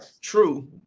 True